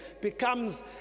becomes